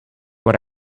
what